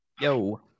Yo